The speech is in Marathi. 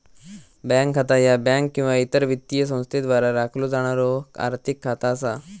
बँक खाता ह्या बँक किंवा इतर वित्तीय संस्थेद्वारा राखलो जाणारो आर्थिक खाता असता